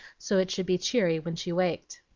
so it should be cheery when she waked.